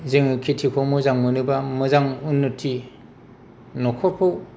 जोङो खेथिखौ मोजां मोनोबा मोजां उन्न'ति न'खरखौ